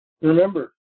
remember